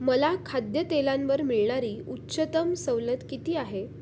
मला खाद्यतेलांवर मिळणारी उच्चतम सवलत किती आहे